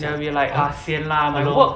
they will be like ah sian lah my work